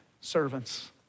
servants